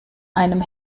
einem